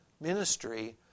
ministry